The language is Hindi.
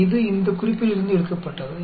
यह इस संदर्भ से लिया गया है